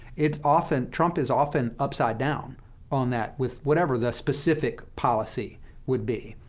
it's often trump is often upside down on that, with whatever the specific policy would be.